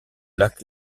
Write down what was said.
lac